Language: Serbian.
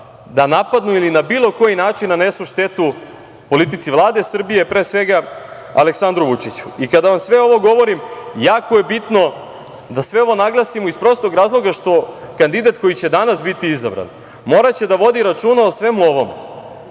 da napadnu ili na bilo koji način nanesu štetu politici Vlade Srbije, pre svega Aleksandru Vučiću.I kada vam sve ovo govorim, jako je bitno da sve ovo naglasimo iz prostog razloga što kandidat koji će danas biti izabran moraće da vodi računa o svemu ovome,